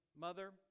mother